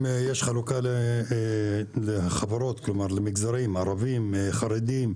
יש חלוקה של המועסקים לפי מגזרים, ערבים, חרדים.